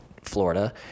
florida